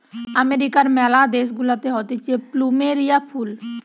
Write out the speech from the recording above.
আমেরিকার ম্যালা দেশ গুলাতে হতিছে প্লুমেরিয়া ফুল